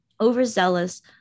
overzealous